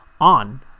on